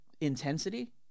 intensity